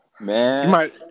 man